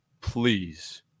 please